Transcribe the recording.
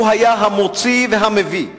הוא היה המוציא והמביא,